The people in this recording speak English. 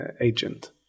agent